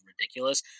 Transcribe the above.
ridiculous